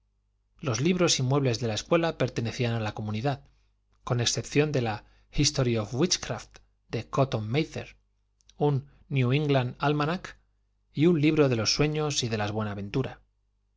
los libros y muebles de la escuela pertenecían a la comunidad con excepción de la history of witchcraft de cotton máther un new england almanac y un libro de los sueños y de la